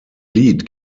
lied